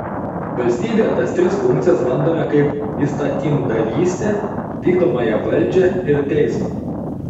valstybėje tas tris funkcijas randame kaip įstatymdavystę vykdomąją valdžią ir teismą